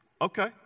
Okay